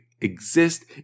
exist